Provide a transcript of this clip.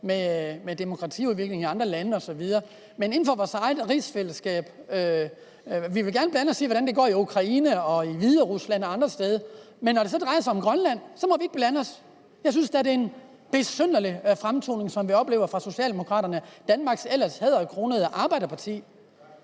med demokratiudviklingen i andre lande osv. Vi vil gerne blande os i, hvordan det går i Ukraine og i Hviderusland og andre steder, men når det så drejer sig om Grønland, inden for vores eget rigsfællesskab, så må vi ikke blande os. Jeg synes da, det er en besynderlig fremtoning, som vi oplever fra Socialdemokraterne, Danmarks ellers hæderkronede arbejderparti.